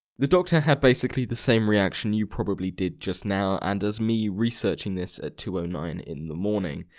the doctor had basically the same reaction you probably did just now and as me researching this at two nine in the morning,